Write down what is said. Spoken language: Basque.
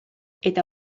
eta